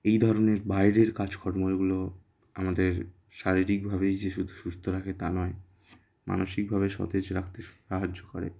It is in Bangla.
এই ধরনের বাইরের কাজকর্মগুলো আমাদের শারীরিকভাবেই যে শুধু সুস্ত রাখে তা নয় মানসিকভাবে সতেজ রাখতে সাহায্য করে